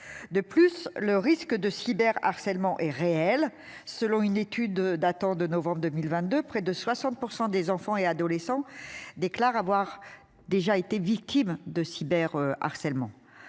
De plus, le risque de cyber harcèlement est réel. Selon une étude datant de novembre 2022 près de 60% des enfants et adolescents déclarent avoir déjà été victimes de cyber harcèlement